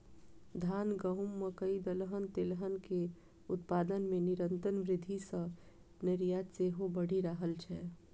धान, गहूम, मकइ, दलहन, तेलहन के उत्पादन मे निरंतर वृद्धि सं निर्यात सेहो बढ़ि रहल छै